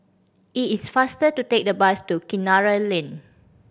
it is faster to take the bus to Kinara Lane